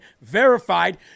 verified